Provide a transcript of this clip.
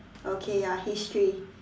okay ya history